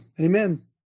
Amen